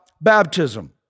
baptism